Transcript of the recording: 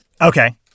Okay